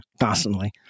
Constantly